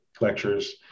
lectures